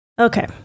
Okay